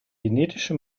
genetische